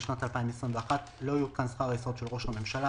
בשנת 2021 לא יעודכן שכר היסוד של ראש הממשלה,